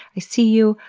i see you,